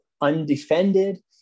undefended